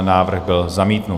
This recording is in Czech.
Návrh byl zamítnut.